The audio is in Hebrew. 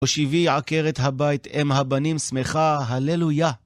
הושיבי, עקרת הבית, אם הבנים שמחה, הללויה!